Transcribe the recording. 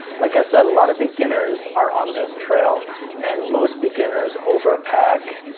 like i said, a lot of beginners are on this trail and most beginners overpack.